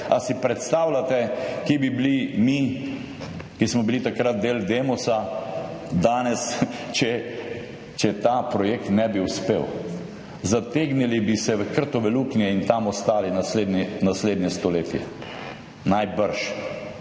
Ali si predstavljate, kje bi bili mi, ki smo bili takrat del Demosa, danes, če ta projekt ne bi uspel? Zategnili bi se v krtove luknje in tam ostali naslednje stoletje, najbrž.